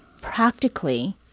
practically